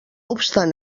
obstant